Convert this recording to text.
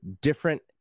different